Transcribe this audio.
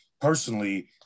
personally